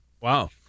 Wow